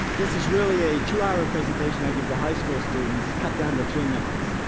this is really a two-hour ah presentation i give to high school students, cut down to three minutes.